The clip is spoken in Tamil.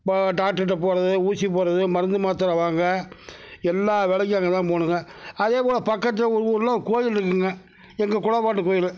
இப்போ டாக்டர்ட்ட போகிறது ஊசி போடுறது மருந்து மாத்திர வாங்க எல்லா வேலைக்கும் அங்கேதான் போகணுங்க அதேப்போல் பக்கத்தில் ஒரு ஊரில் கோவில் இருக்குங்க எங்கள் குலப்பாட்டு கோவிலு